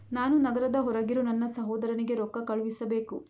ನಾನು ನಗರದ ಹೊರಗಿರೋ ನನ್ನ ಸಹೋದರನಿಗೆ ರೊಕ್ಕ ಕಳುಹಿಸಬೇಕು